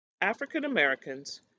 African-Americans